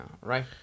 Right